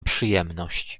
przyjemność